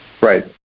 Right